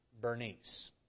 Bernice